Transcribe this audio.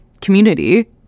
community